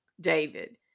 David